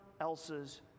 else's